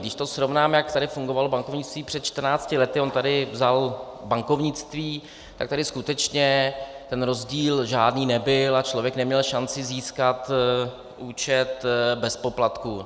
Když to srovnáme, jak tady fungovalo bankovnictví před 14 lety, on tady vzal bankovnictví, tak tady skutečně ten rozdíl žádný nebyl a člověk neměl šanci získat účet bez poplatků.